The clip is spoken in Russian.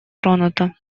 тронута